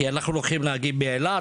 כי אנחנו לוקחים נהגים מאילת,